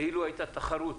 ואילו הייתה תחרות